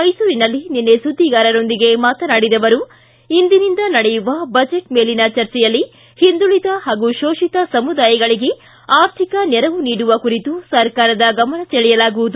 ಮೈಸೂರಿನಲ್ಲಿ ನಿನ್ನೆ ಸುದ್ದಿಗಾರೊಂದಿಗೆ ಮಾತನಾಡಿದ ಅವರು ಇಂದಿನಿಂದ ನಡೆಯುವ ಬಜೆಟ್ ಮೇಲಿನ ಚರ್ಜೆಯಲ್ಲಿ ಒಂದುಳಿದ ಪಾಗೂ ಶೋಷಿತ ಸಮುದಾಯಗಳಿಗೆ ಆರ್ಥಿಕ ನೆರವು ನೀಡುವ ಕುರಿತು ಸರ್ಕಾರದ ಗಮನ ಸೆಳೆಯಲಾಗುವುದು